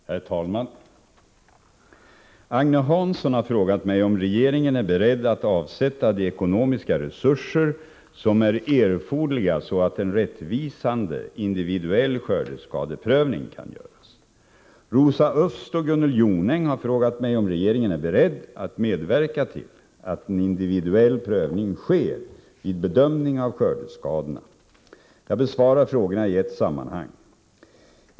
Herr talman! Agne Hansson har frågat mig om regeringen är beredd att avsätta de ekonomiska resurser som är erforderliga så att en rättvisande individuell skördeskadeprövning kan göras. Rosa Östh och Gunnel Jonäng har frågat mig om regeringen är beredd att medverka till att en individuell prövning sker vid bedömning av skördeskadorna. Jag besvarar frågorna i ett sammanhang.